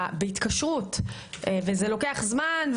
בהתקשרות - וזה לוקח זמן,